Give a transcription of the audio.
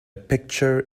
picture